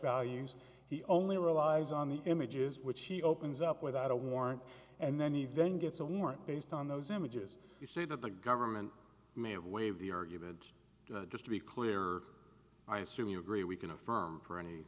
values he only relies on the images which he opens up without a warrant and then he then gets a warrant based on those images you see that the government may have waived the or even just to be clear i assume you agree we can affirm for any